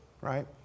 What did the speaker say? right